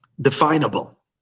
definable